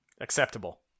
Acceptable